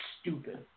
stupid